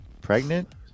Pregnant